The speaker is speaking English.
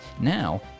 Now